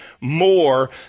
more